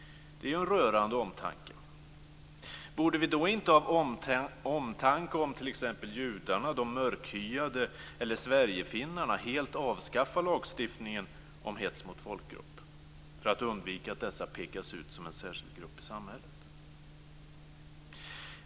Det är ju en rörande omtanke. Borde vi då inte av omtanke om t.ex. judarna, de mörkhyade eller sverigefinnarna helt avskaffa lagstiftningen om hets mot folkgrupp för att undvika att dessa pekas ut som en särskild grupp i samhället?